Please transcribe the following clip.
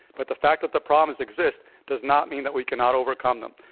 but the fact that the problems exist does not mean that we cannot overcome them.